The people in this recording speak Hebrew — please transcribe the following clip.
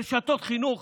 רשתות החינוך